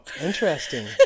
interesting